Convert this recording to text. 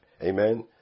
Amen